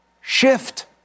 Shift